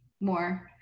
more